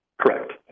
Correct